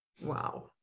Wow